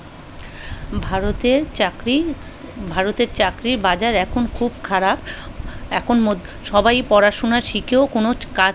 ভারতে চাকরি ভারতের চাকরির বাজার এখন খুব খারাপ এখন মোদ সবাই পড়াশোনা শিখেও কোনো চ কাজ